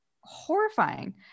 Horrifying